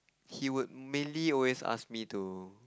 he would mainly always ask me to